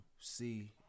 see